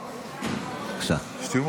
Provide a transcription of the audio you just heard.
בבקשה, אדוני.